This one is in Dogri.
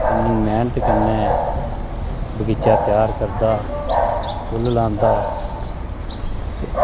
किन्नी मैह्नत कन्नै बगीचा त्यार करदा फुल्ल लांदा ते